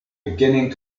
beginning